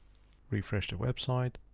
refresh the website